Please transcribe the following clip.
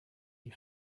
les